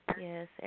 Yes